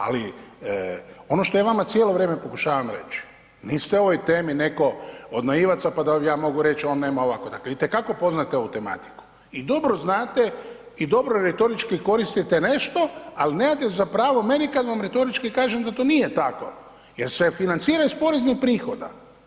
Ali, ono što ja vama cijelo vrijeme pokušavam reći, niste u ovoj temi netko od naivaca pa da vam ja mogu reći, on nema ovako, dakle, itekako poznate ovu tematiku i dobro znate i dobro retorički koristite nešto, ali nemate za pravo meni kad vam retorički kažem da nije tako jer se financira iz poreznih prihoda.